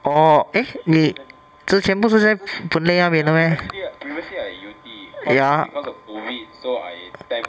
orh eh 你之前不是在 boon lay 那边的 meh ya